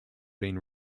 been